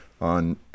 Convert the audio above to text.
on